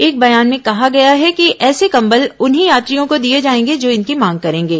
एक बयान में कहा गया है कि ऐसे कम्बल उन्हीं यात्रियों को दिये जाएंगे जो इनकी मांग करेंगे